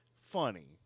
funny